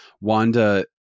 Wanda